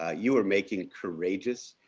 ah you are making courageous,